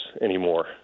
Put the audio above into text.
anymore